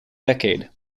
decade